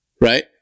right